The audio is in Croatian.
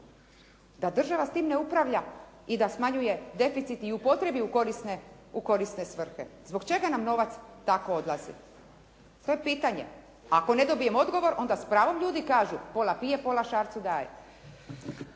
da država s tim ne upravlja i da smanjuje deficit i upotrijebi u korisne, u korisne svrhe. Zbog čega nam novac tako odlazi? To je pitanje. Ako ne dobijem odgovor onda s pravom ljudi kažu: «Pola pije, pola šarcu daje.»